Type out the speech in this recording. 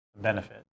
benefit